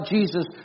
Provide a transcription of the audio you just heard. Jesus